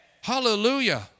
Hallelujah